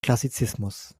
klassizismus